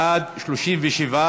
בעד, 37,